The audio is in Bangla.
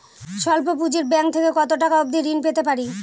স্বল্প পুঁজির ব্যাংক থেকে কত টাকা অবধি ঋণ পেতে পারি?